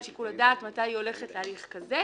שיקול הדעת מתי היא הולכת להליך כזה,